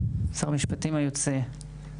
שר המשפטים היוצא,